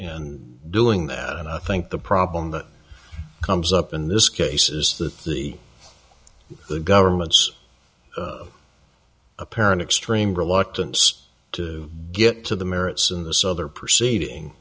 n doing that and i think the problem that comes up in this case is that the government's apparent extreme reluctance to get to the merits in the southern proceeding